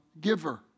giver